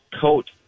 coat